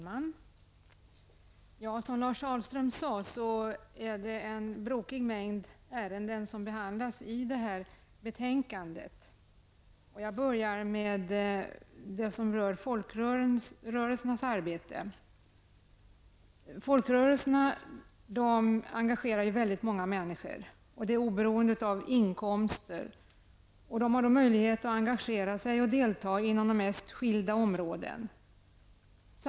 Herr talman! Som Lars Ahlström sade är det en brokig mängd ärenden som behandlas i detta betänkande. Jag tänker börja med att beröra folkrörelsernas arbete. Folkrörelserna engagerar många människor som oberoende av inkomst har möjlighet att delta och engagera sig inom de mest skilda områden.